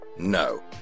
No